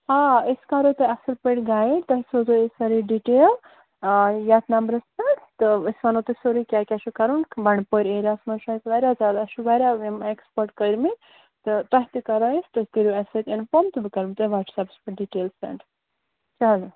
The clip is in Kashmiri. آ أسۍ کَرو تۄہہِ اَصٕل پٲٹھۍ گایِڈ تۄہہِ سوزو أسۍ سٲرٕے ڈِٹیل آ یَتھ نَمبرَس پٮ۪ٹھ تہٕ أسۍ وَنو تۄہہِ سورُے کیٛاہ کیٛاہ چھُ کَرُن بنٛڈٕ پورِ ایریاہَس منٛز چھِ اَسہِ واریاہ زیادٕ اَسہِ چھِ واریاہ یِم ایکسپٲرٕٹ کٔرۍمٕتۍ تہٕ تۄہہِ تہِ کَرو أسۍ تُہۍ کٔرِو اَسہِ سۭتۍ تہٕ بہٕ کَرو تۄہہِ واٹسَ ایپس پٮ۪ٹھ ڈِٹیل سینٛڈ چلو